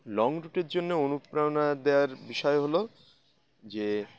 long রুটের জন্যে অনুপ্রেরণা দেয়ার বিষয় হল যে